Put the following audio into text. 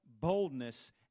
boldness